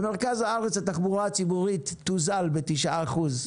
במרכז הארץ התחבורה הציבורית תוזל בתשעה אחוז.